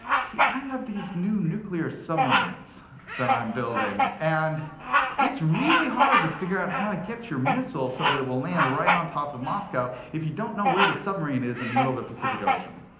see, i have these new nuclear submarines that i'm building. and it's really hard to figure out how to get your missile so that it will land right on top of moscow if you don't know where the submarine is in the middle of the pacific ocean.